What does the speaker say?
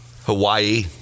Hawaii